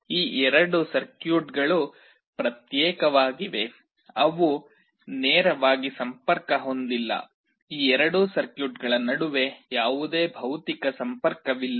ಈ ಎರಡು ಸರ್ಕ್ಯೂಟ್ಗಳು ಪ್ರತ್ಯೇಕವಾಗಿವೆ ಅವು ನೇರವಾಗಿ ಸಂಪರ್ಕ ಹೊಂದಿಲ್ಲ ಈ ಎರಡು ಸರ್ಕ್ಯೂಟ್ಗಳ ನಡುವೆ ಯಾವುದೇ ಭೌತಿಕ ಸಂಪರ್ಕವಿಲ್ಲ